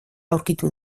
aurkitu